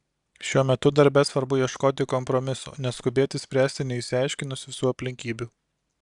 šiuo metu darbe svarbu ieškoti kompromiso neskubėti spręsti neišsiaiškinus visų aplinkybių